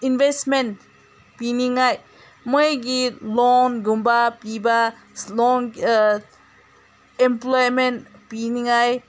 ꯏꯟꯕꯦꯖꯃꯦꯟ ꯄꯤꯅꯤꯡꯉꯥꯏ ꯃꯣꯏꯒꯤ ꯂꯣꯟꯒꯨꯝꯕ ꯄꯤꯕ ꯂꯣꯟ ꯏꯝꯄ꯭ꯂꯣꯏꯃꯦꯟ ꯄꯤꯅꯤꯡꯉꯥꯏ